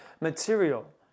material